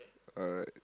alright